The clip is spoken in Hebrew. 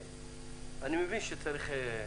אני מבין שצריך,